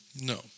No